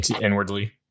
inwardly